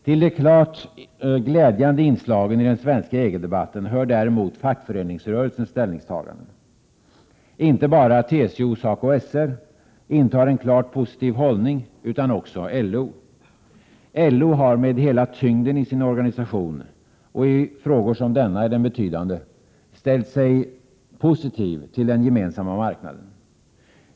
Till de klart glädjande inslagen i den svenska EG-debatten hör däremot fackföreningsrörelsens ställningstaganden. Inte bara TCO och SACO/SR intar en klart positiv hållning utan också LO. LO har med hela tyngden i sin organisation — och i frågor som denna är den betydande -— ställt sig positiv till Gemensamma marknaden.